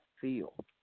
feel